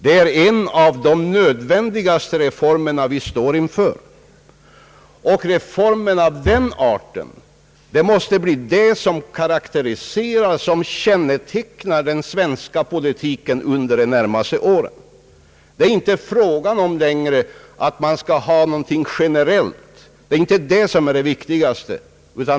Det är en av de nödvändigaste reformer vi står inför. Reformer av den arten måste bli det som karakteriserar den svenska politiken under de närmaste åren. Det är inte längre fråga om generella åtgärder; det är inte det viktigaste.